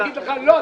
יגיד לך: לא,